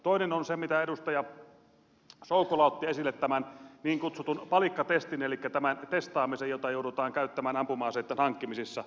toinen on se minkä edustaja soukola otti esille tämän niin kutsutun palikkatestin elikkä tämän testaamisen jota joudutaan käyttämään ampuma aseitten hankkimisissa